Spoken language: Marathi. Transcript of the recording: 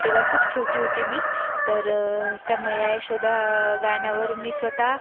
तेव्हा खूप छोटी होती मी तर त्या मैया यशोदा गाण्यावर मी स्वतः